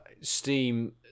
Steam